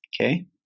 Okay